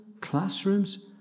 classrooms